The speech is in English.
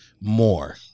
more